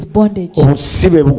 bondage